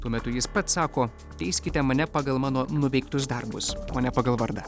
tuo metu jis pats sako teiskite mane pagal mano nuveiktus darbus o ne pagal vardą